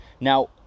now